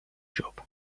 job